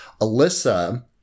Alyssa